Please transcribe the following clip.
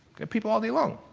got people all day long.